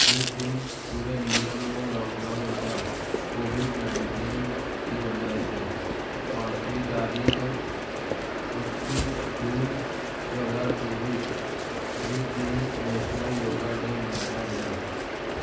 جس دن پورے انڈیا میں لاک ڈاؤن لگا کووڈ نائنٹین کی وجہ سے پانچویں یاریخ اکیس جون دو ہزار تیئیس جس دن نیشنل یوگا ڈے منایا گیا